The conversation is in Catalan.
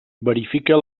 verifica